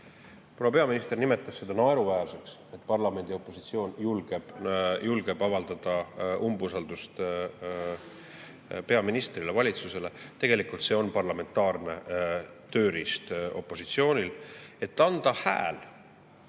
Proua peaminister nimetas seda naeruväärseks, et parlamendi opositsioon julgeb avaldada umbusaldust peaministrile, valitsusele. Tegelikult on see opositsiooni parlamentaarne tööriist, et anda hääl.